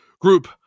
group